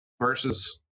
versus